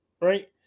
right